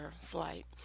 flight